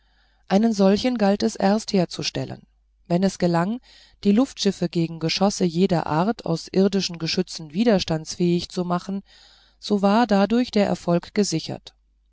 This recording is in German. einen solchen galt es erst herzustellen wenn es gelang die luftschiffe gegen geschosse jeder art aus irdischen geschützen widerstandsfähig zu machen so war dadurch der erfolg gesichert